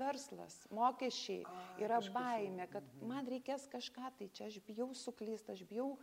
verslas mokesčiai yra baimė kad man reikės kažką tai čia aš bijau suklyst aš bijau